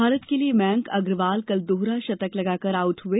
भारत के लिए मयंक अग्रवाल कल दोहरा शतक लगाकर आउट हुए